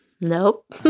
Nope